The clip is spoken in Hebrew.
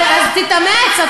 אז תתאמץ.